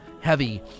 heavy